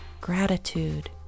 gratitude